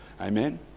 Amen